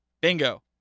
Bingo